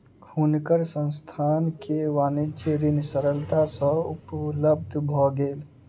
हुनकर संस्थान के वाणिज्य ऋण सरलता सँ उपलब्ध भ गेल